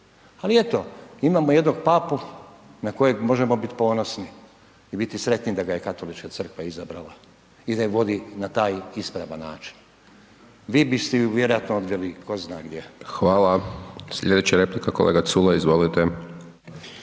ali eto imamo jednog Papu na kojeg možemo biti ponosni i biti sretni da ga je Katolička crkva izabrala i da ju vodi na taj ispravan način. Vi biste ju vjerojatno odveli tko zna gdje. **Hajdaš Dončić, Siniša (SDP)** Hvala. Sljedeća replika kolega Culej, izvolite.